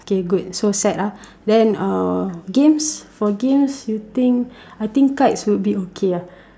K good so set ah then uh games for games you think I think kites would be okay lah